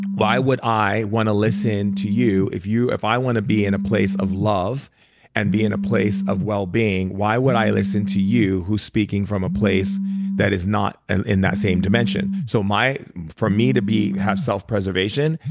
why would i want to listen to you if you if i want to be in a place of love and be in a place of well being. why would i listen to you who's speaking from a place that is not and in that same dimension. so for me to be have self preservation,